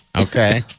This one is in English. Okay